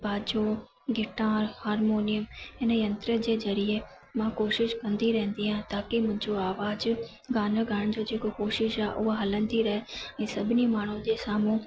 बाजो guitar harmonium हिन यंत्र जे ज़रिए मां कोशिश कंदी रहंदी आहे ताकी मुंहिंजो आवाज़ु गाना ॻाइण जो जेको कोशिश आहे उहा हलंदी रहे ऐं सभिनी माण्हुनि जे साम्हूं